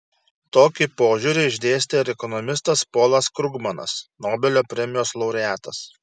tokį požiūrį išdėstė ir ekonomistas polas krugmanas nobelio premijos laureatas